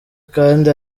kandi